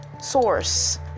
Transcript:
source